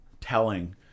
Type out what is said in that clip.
telling